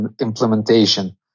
implementation